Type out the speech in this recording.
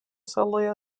saloje